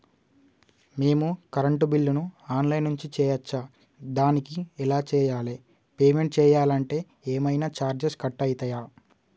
మేము కరెంటు బిల్లును online నుంచి చేయచ్చా? దానికి ఎలా చేయాలి? పేమెంట్ చేయాలంటే ఏమైనా చార్జెస్ కట్ అయితయా?